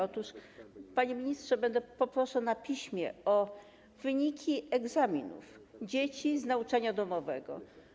Otóż, panie ministrze, poproszę na piśmie o wyniki egzaminów dzieci z nauczania domowego.